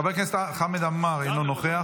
חבר הכנסת אושר שקלים, אינו נוכח,